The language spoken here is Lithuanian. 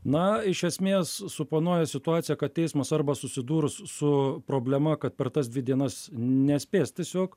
na iš esmės suponuoja situaciją kad teismas arba susidūrus su problema kad per tas dvi dienas nespės tiesiog